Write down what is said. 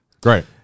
Great